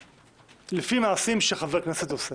לפי מעשים שחבר כנסת עושה,